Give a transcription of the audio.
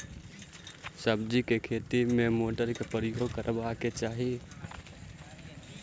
सब्जी केँ खेती मे केँ मोटर केँ प्रयोग करबाक चाहि?